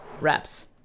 reps